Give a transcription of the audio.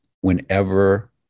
whenever